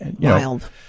Wild